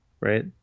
Right